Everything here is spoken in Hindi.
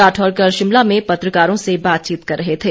राठौर कल शिमला में पत्रकारों से बातचीत कर रहे थे